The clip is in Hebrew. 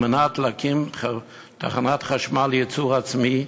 כדי להקים תחנת חשמל לייצור עצמי,